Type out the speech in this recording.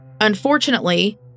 Unfortunately